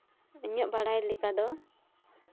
ᱤᱧᱟᱹᱜ ᱵᱟᱲᱟᱭ ᱞᱮᱠᱟ ᱫᱚ